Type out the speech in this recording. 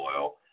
oil